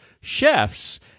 chefs